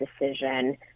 decision